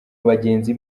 bagenzi